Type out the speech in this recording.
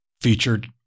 featured